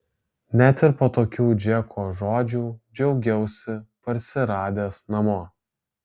net ir po tokių džeko žodžių džiaugiausi parsiradęs namo